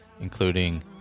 including